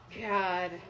God